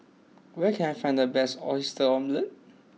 where can I find the best Oyster Omelette